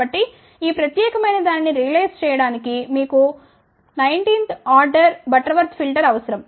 కాబట్టి ఈ ప్రత్యేకమైన దానిని రియలైజ్ చేయడానికి మీకు 19 వ ఆర్డర్ బటర్వర్త్ ఫిల్టర్ అవసరం